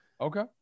Okay